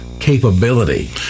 capability